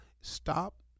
stop